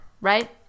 right